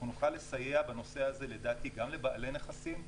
אנחנו נוכל לסייע בנושא הזה לדעתי גם לבעלי נכסים,